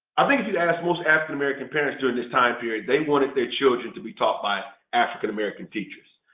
i think if you'd ask most african american parents during this time period, they wanted their children to be taught by african american teachers.